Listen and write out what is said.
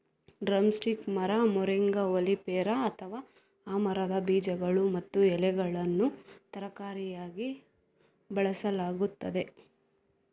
drum stick ಮರ, ಮೊರಿಂಗಾ ಒಲಿಫೆರಾ, ಅಥವಾ ಆ ಮರದ ಬೀಜಗಳು ಮತ್ತು ಎಲೆಗಳನ್ನು ತರಕಾರಿಯಾಗಿ ಬಳಸಲಾಗುತ್ತದೆ